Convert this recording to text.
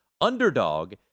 underdog